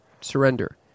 Surrender